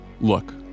Look